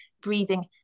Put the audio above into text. breathing